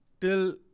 till